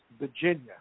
Virginia